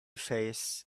face